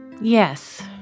Yes